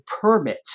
permit